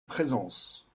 présence